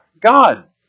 God